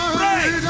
break